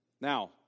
Now